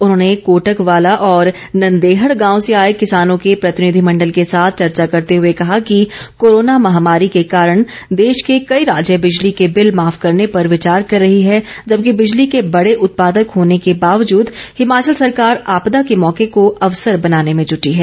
उन्होंने कोटकवाला और नंदेहड गांव से आए किसानों के प्रतिनिधिमंडल के साथ चर्चा करते हए कहा कि कोरोना महामारी के कारण देश के कई राज्य बिजली के बिल माफ करने पर विचार कर रही है जबोके बिजली के बड़े उत्पादक होने के वाबजूद हिमाचल सरकार आपदा के मौके को अवसर बनाने में जूटी है